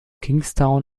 kingstown